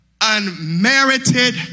unmerited